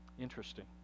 Interesting